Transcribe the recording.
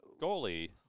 goalie